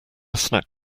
snack